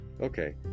Okay